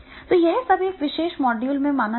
तो यह सब इस विशेष मॉड्यूल में माना जाएगा